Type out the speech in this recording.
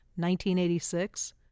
1986